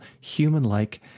human-like